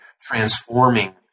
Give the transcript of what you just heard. transforming